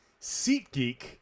SeatGeek